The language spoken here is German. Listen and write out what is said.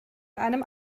einem